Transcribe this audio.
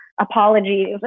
apologies